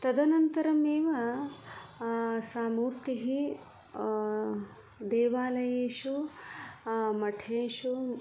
तदनन्तरमेव सा मूर्तिः देवालयेषु मठेषु